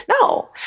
No